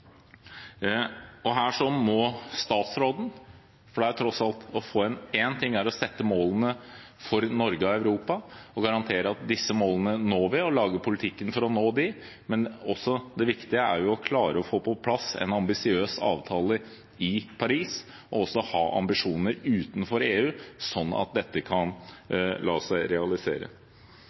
mekanismer. Her må statsråden inn, for én ting er tross alt å sette målene for Norge og Europa og garantere at vi når disse målene, og lage politikken for å nå dem, men det viktige er jo å klare å få på plass en ambisiøs avtale i Paris og å ha ambisjoner utenfor EU, sånn at dette kan la seg realisere.